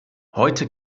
heute